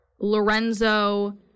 lorenzo